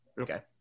Okay